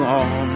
on